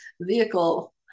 vehicle